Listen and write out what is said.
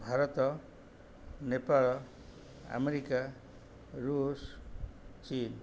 Bharat Nepal America ଋଷ୍ ଚୀନ୍